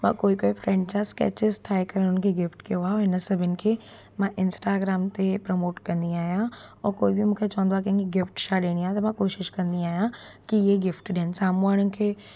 उहा कोई कोई फ्रैंड जा स्केचिस ठाहे करे हुनखे गिफ़्ट कयो आहे हिन सभिनी खे मां इंस्टाग्राम ते प्रमोट कंदी आहियां ऐं कोई बि मूंखे चवंदो आहे की कंहिंखे गिफ़्ट छा ॾियणी आहे त मां कोशिशि कंदी आहियां की इहे गिफ़्ट ॾियनि साम्हूं वारनि खे